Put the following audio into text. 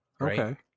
Okay